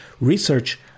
research